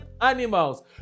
animals